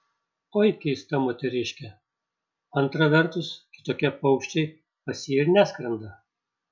oi keista moteriškė antra vertus kitokie paukščiai pas jį ir neskrenda